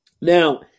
Now